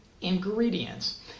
ingredients